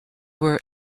were